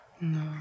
No